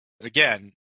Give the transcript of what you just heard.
again